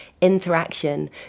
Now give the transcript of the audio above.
interaction